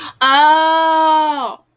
Oh